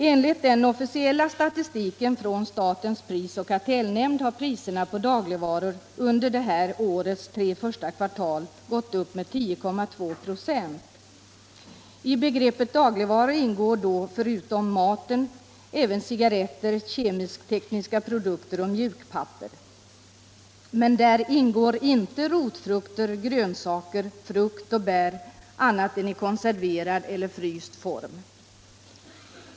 Enligt den officiella statistiken från statens prisoch kartellnämnd har priserna på dagligvaror under det här årets tre första kvartal gått upp med 10,2 26. I begreppet dagligvaror ingår då förutom maten även cigaretter, kemisk-tekniska produkter och mjukpapper. Men där ingår inte rotfrukter, grönsaker, frukt och bär annat än i konserverad eller fryst form.